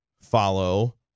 follow